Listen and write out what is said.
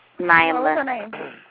Nyla